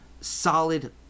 solid